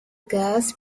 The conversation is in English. girls